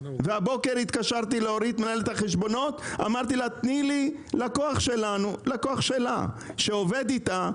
הבוקר התקשרתי למנהלת החשבונות ואמרתי לה: "תני לי לקוח שלך שעובד איתך,